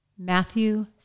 Matthew